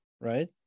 right